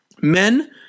men